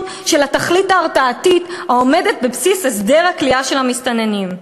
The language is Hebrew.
של התכלית ההרתעתית העומדת בבסיס הסדר הכליאה של המסתננים.